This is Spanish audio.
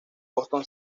boston